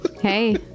hey